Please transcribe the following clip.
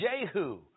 Jehu